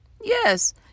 Yes